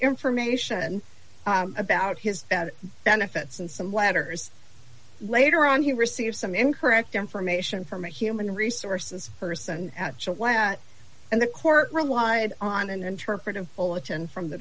information about his benefits and some letters later on he received some incorrect information from a human resources person and the court relied on an interpretive bulletin from the